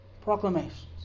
proclamations